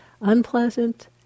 unpleasant